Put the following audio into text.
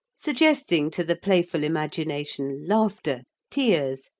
suggesting to the playful imagination laughter, tears,